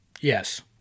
yes